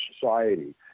society